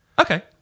Okay